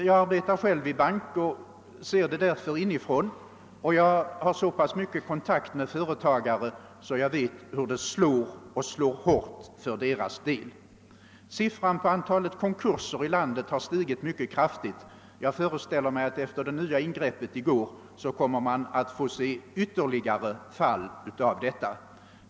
Jag arbetar själv i bank och ser därför situationen inifrån, och jag har så pass mycken kontakt med företagare att jag vet hur det hela slår — och det slår hårt för deras del. Siffran på antalet konkurser i landet har stigit mycket kraftigt. Jag före ställer mig att efter det nya ingreppet i går kommer ytterligare sådana fall att inträffa.